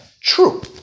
True